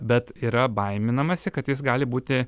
bet yra baiminamasi kad jis gali būti